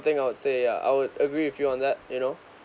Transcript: thing I would say yeah I would agree with you on that you know